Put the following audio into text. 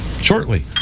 shortly